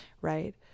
Right